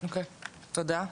אוקי, תודה.